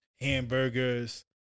hamburgers